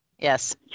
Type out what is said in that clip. Yes